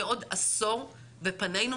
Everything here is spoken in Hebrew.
בעוד עשור ולאן פנינו,